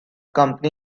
company